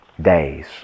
days